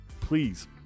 Please